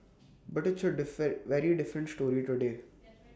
but it's A differ very different story today